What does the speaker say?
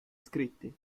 scritti